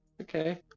Okay